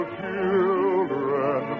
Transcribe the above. children